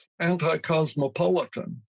anti-cosmopolitan